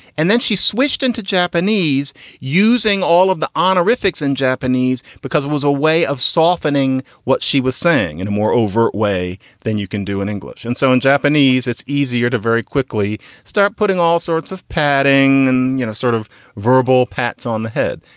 and then she switched into japanese using all of the honorifics in japanese because it was a way of softening what she was saying and a more overt way than you can do in english. and so in japanese, it's easier to very quickly start putting all sorts of padding and know sort of verbal pats on the head.